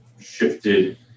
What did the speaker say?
shifted –